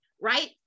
right